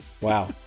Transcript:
wow